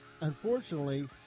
Unfortunately